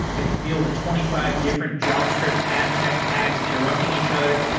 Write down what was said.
i can feel the twenty five different javascript adtech tags interrupting each other.